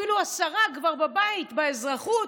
אפילו השרה כבר בבית באזרחות,